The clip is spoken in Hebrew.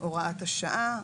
הוראת השעה.